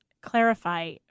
clarify